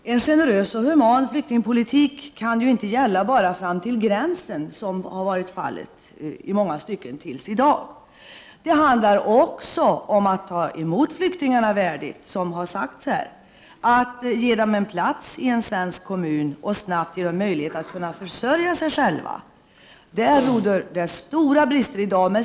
En generös och human flyktingpolitik kan inte bara gälla fram till gränsen, som har varit fallet i många stycken tills i dag. Det handlar också om att ta emot flyktingarna värdigt, som har sagts här, och att ge dem en plats i en svensk kommun och snabbt ge dem möjlighet att försörja sig själva. I det avseendet råder det stora brister i dag.